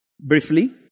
briefly